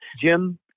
jim